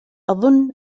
أظن